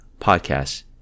podcasts